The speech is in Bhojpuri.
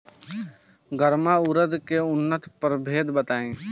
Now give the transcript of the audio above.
गर्मा उरद के उन्नत प्रभेद बताई?